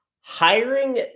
Hiring